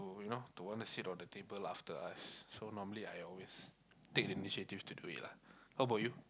you know to want to sit on the table after us so normally I always take the initiative to do it lah how about you